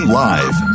live